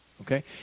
okay